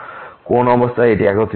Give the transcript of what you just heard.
কোন অবস্থায় এটি একত্রিত হবে